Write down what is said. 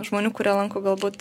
žmonių kurie lanko galbūt